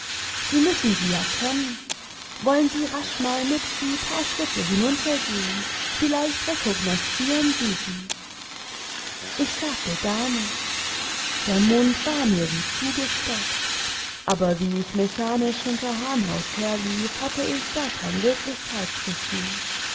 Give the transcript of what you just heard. sie müssen sie ja kennen wollen sie rasch mal mit die paar schritte hinuntergehen vielleicht rekognoszieren sie sie ich sagte gar nichts der mund war mir wie zugestopft aber wie ich mechanisch hinter hahnhaus herlief hatte ich gar kein